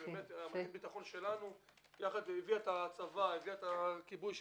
מטה הביטחון שלנו הביא את הצבא, את הכיבוי שיגיעו,